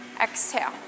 Exhale